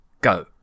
go